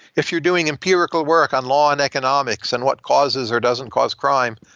if you're doing empirical work on law and economics and what causes or doesn't cause crime,